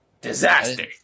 disaster